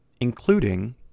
including